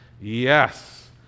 yes